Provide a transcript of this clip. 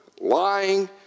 lying